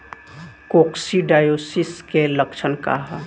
Coccidiosis के लक्षण का ह?